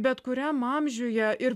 bet kuriam amžiuje ir